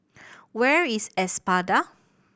where is Espada